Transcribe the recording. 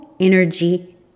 Energy